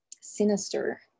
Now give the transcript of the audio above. sinister